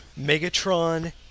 Megatron